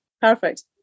perfect